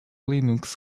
linux